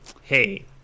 hey